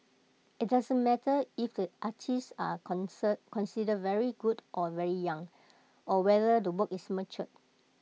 IT doesn't matter if the artists are concern considered very good or very young or whether the work is mature